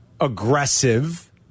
aggressive